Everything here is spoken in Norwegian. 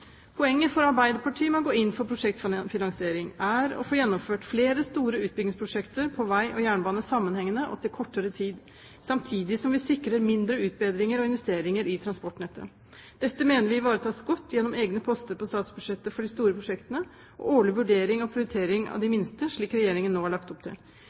Poenget for Arbeiderpartiet ved å gå inn for prosjektfinansiering er å få gjennomført flere stor utbyggingsprosjekter på vei og jernbane sammenhengende og på kortere tid, samtidig som vi sikrer mindre utbedringer og investeringer i transportnettet. Dette mener vi ivaretas godt gjennom egne poster på statsbudsjettet for de store prosjektene, og årlig vurdering og prioritering av de minste, slik Regjeringen nå har lagt opp til.